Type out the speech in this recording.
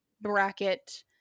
bracket